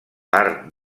part